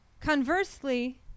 Conversely